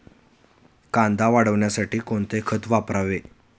कांदा वाढीसाठी कोणते खत वापरावे?